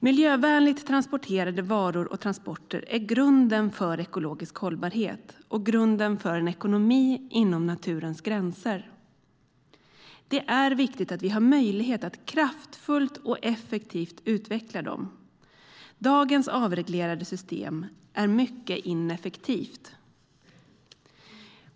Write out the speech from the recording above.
Miljövänligt transporterade varor och miljövänliga transporter är grunden för ekologisk hållbarhet och grunden för en ekonomi inom naturens gränser. Det är viktigt att vi har möjlighet att kraftfullt och effektivt utveckla detta. Dagens avreglerade system är mycket ineffektivt.